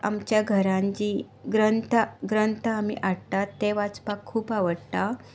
आमच्या घरांत जी ग्रंथ ग्रंथ आमी हाडटात ते वाचपाक खूब आवडटा